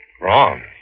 Wrong